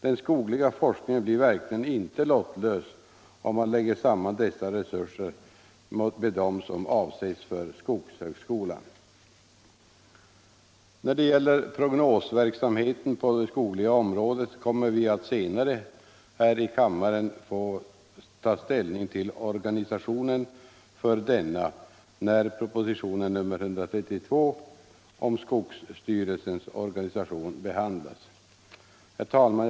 Den skogliga forskningen blir verkligen inte lottlös om man lägger samman dessa resurser med dem som avses för skogshögskolan. Vi kommer senare att här i kammaren få ta ställning till organisationen av prognosverksamheten på det skogliga området — när propositionen 132 om skogsstyrelsens organisation behandlas. Herr talman!